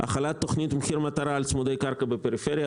החלת תוכנית מחיר מטרה על צמודי קרקע בפריפריה.